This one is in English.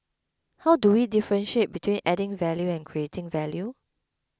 how do we differentiate between adding value and creating value